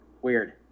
weird